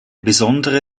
besondere